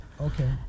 okay